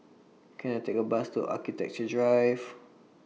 Can I Take A Bus to Architecture Drive